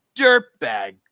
dirtbag